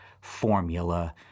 formula